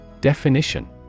Definition